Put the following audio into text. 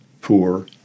poor